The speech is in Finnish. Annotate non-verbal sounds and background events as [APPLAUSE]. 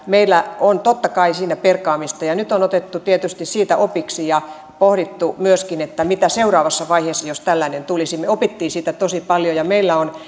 meillä on totta kai perkaamista nyt on otettu tietysti siitä opiksi ja pohdittu myöskin mitä seuraavassa vaiheessa jos tällainen tulisi me opimme siitä tosi paljon ja meillä on [UNINTELLIGIBLE]